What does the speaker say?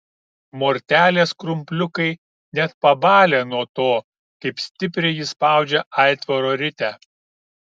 mortelės krumpliukai net pabalę nuo to kaip stipriai ji spaudžia aitvaro ritę